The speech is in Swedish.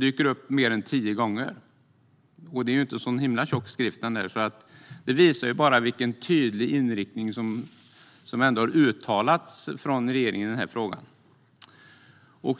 dyker upp mer än tio gånger. Det är inte en så himla tjock skrift, så detta visar vilken tydlig inriktning som regeringen har uttalat i denna fråga.